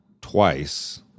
twice